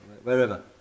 wherever